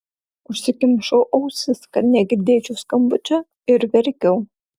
užsikimšau ausis kad negirdėčiau skambučio ir verkiau